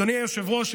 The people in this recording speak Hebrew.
אדוני היושב-ראש,